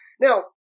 Now